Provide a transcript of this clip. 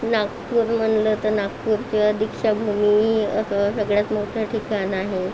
नागपूर म्हटलं तर नागपूरचं दीक्षाभूमी असं सगळ्यात मोठं ठिकाण आहे